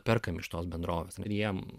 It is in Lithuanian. perkam iš tos bendrovės jiem